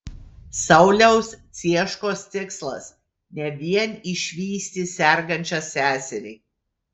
sauliaus cieškos tikslas ne vien išvysti sergančią seserį